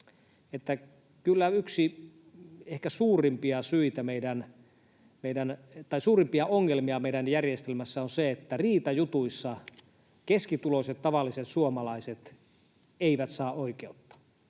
Kyllä yksi ehkä suurimpia ongelmia meidän järjestelmässä on se, että riitajutuissa keskituloiset, tavalliset suomalaiset eivät saa oikeutta.